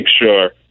sure